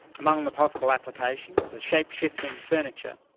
among the possible applications are shape-shifting furniture,